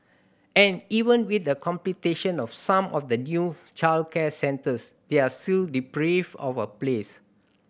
and even with the completion of some of the new childcare centres they are still deprived of a place